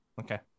Okay